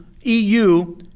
eu